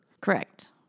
Correct